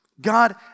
God